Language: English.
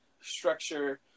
structure